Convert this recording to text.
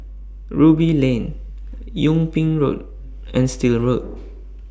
Ruby Lane Yung Ping Road and Still Road